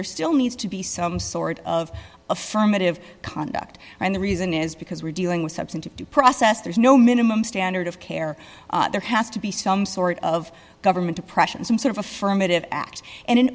there still needs to be some sort of affirmative conduct and the reason is because we're dealing with substantive due process there's no minimum standard of care there has to be some sort of government oppression some sort of affirmative act and